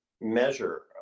measure